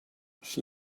she